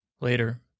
Later